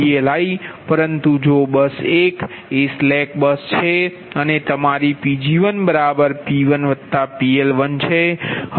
પરંતુ જો બસ 1 એ એક સ્લેક બસ છે અને તમારી Pg1P1PL1છે